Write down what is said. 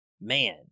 man